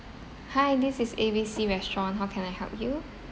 hi this is A B C restaurant how can I help you